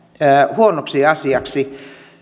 huonoksi asiaksi